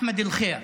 אחמד אלחיר,